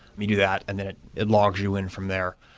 we do that and then it it logs you in from there.